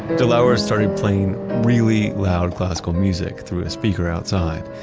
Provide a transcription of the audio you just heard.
delauer's started playing really loud classical music through a speaker outside.